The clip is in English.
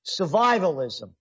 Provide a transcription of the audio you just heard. Survivalism